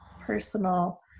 personal